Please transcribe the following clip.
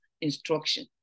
instruction